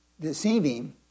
deceiving